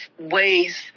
ways